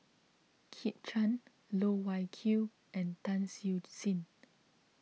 Kit Chan Loh Wai Kiew and Tan Siew Sin